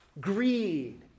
greed